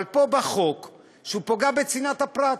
אבל פה בחוק, הוא פוגע בצנעת הפרט.